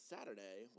Saturday